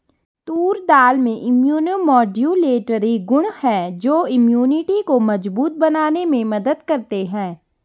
तूर दाल में immunomodulatory गुण हैं जो इम्यूनिटी को मजबूत बनाने में मदद करते है